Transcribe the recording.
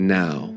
now